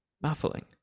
baffling